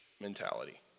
mentality